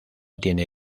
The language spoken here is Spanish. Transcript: tiene